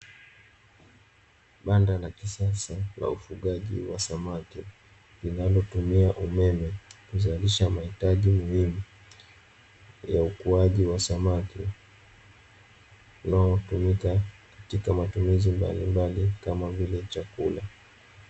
Banda la kisasa la ufugaji wa samaki, linalotumia umeme kuzalisha mahitaji muhimu ya ukuaji wa samaki, wanaotumika katika matumizi mbalimbali kama vile chakula.